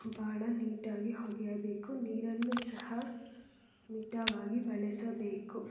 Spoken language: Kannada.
ಭಾಳ ನೀಟಾಗಿ ಒಗೆಯಬೇಕು ನೀರನ್ನು ಸಹ ಮಿತವಾಗಿ ಬಳಸಬೇಕು